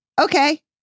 Okay